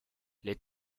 les